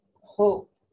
hope